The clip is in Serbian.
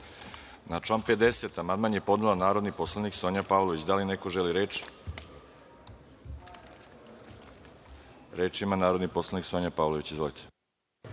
član 53. amandman je podnela narodni poslanik Sonja Pavlović. Da li neko želi reč? (Da.)Reč ima narodni poslanik Sonja Pavlović. Izvolite.